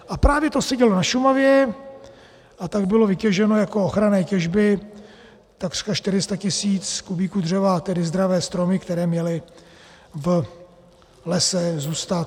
A právě to se dělo na Šumavě, a tak bylo vytěženo jako ochranné těžby takřka 400 tisíc kubíků dřeva, tedy zdravé stromy, které měly v lese zůstat.